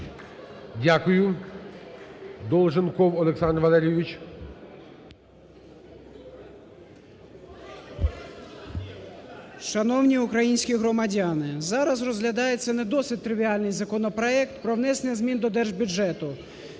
Дякую. Долженков Олександр Валерійович.